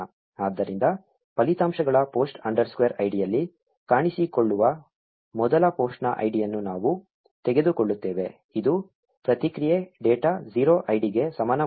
ಆದ್ದರಿಂದ ಫಲಿತಾಂಶಗಳ post underscore ಐಡಿಯಲ್ಲಿ ಕಾಣಿಸಿಕೊಳ್ಳುವ ಮೊದಲ ಪೋಸ್ಟ್ನ ಐಡಿಯನ್ನು ನಾವು ತೆಗೆದುಕೊಳ್ಳುತ್ತೇವೆ ಇದು ಪ್ರತಿಕ್ರಿಯೆ ಡೇಟಾ 0 ಐಡಿಗೆ ಸಮಾನವಾಗಿರುತ್ತದೆ